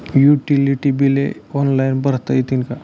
Utility बिले online भरता येतील का?